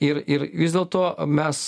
ir ir vis dėlto mes